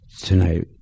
tonight